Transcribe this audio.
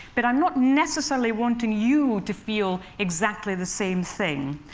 but i'm not necessarily wanting you to feel exactly the same thing.